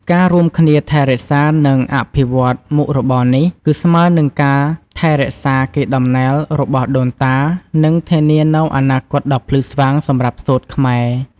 ការរួមគ្នាថែរក្សា និងអភិវឌ្ឍមុខរបរនេះ គឺស្មើនឹងការថែរក្សាកេរ្តិ៍ដំណែលរបស់ដូនតា និងធានានូវអនាគតដ៏ភ្លឺស្វាងសម្រាប់សូត្រខ្មែរ។